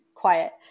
quiet